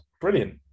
brilliant